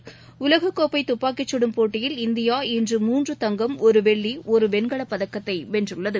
டலகக்கோப்பை தப்பாக்கிச் சுடும் போட்டியில் இந்தியா இன்று மூன்று தங்கம் ஒரு வெள்ளி ஒரு வெண்கலப் பதக்கத்தை வென்றது